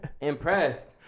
Impressed